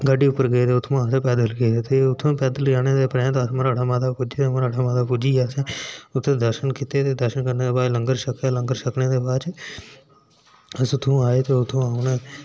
गड़्ड़ी उप्पर गे ते उत्थुआं अ पैदल गे उत्थां पैदल जाने दे परैंत अस मराड़ा माता पूज्जियै असें उत्थै असें दर्शन ते दर्शन करने दे बाद असें लंगर चक्खेआ ते लंगर चक्खने दे बाद अस उत्थूआं आए ते